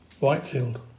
Whitefield